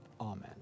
amen